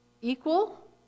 equal